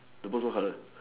the bird what colour